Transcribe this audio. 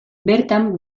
bertan